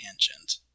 tangent